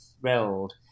thrilled